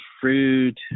fruit